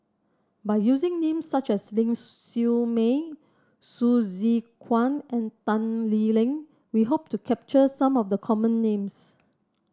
by using names such as Ling Siew May Hsu Tse Kwang and Tan Lee Leng we hope to capture some of the common names